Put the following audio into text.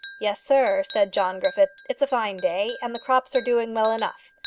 yes, sir, said john griffith, it's a fine day, and the crops are doing well enough.